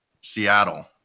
Seattle